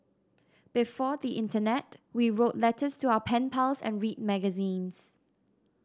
before the internet we wrote letters to our pen pals and read magazines